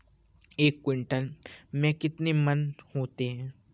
एक क्विंटल में कितने मन होते हैं?